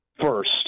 first